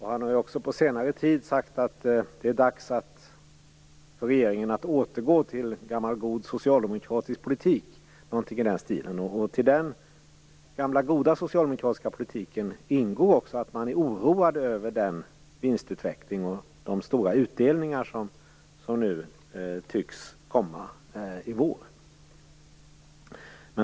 Han har också på senare tid sagt att det är dags för regeringen att återgå till gammal god socialdemokratisk politik, någonting i den stilen. I den gamla goda socialdemokratiska politiken ingår också att man är oroad över den vinstutveckling och de stora utdelningar som nu tycks ske i vår.